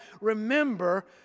Remember